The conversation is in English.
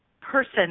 person